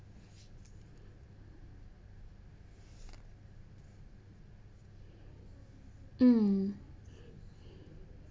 mm